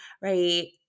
right